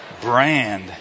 brand